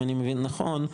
אם אני מבין נכון,